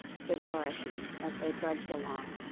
said dorothy, as they trudged along.